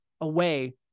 away